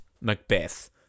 Macbeth